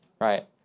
right